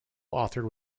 authored